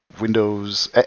windows